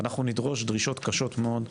אנחנו נדרוש דרישות קשות מאוד מהממשלה,